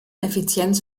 effizienz